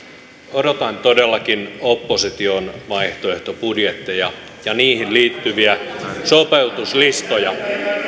odotan todellakin opposition vaihtoehtobudjetteja ja niihin liittyviä sopeutuslistoja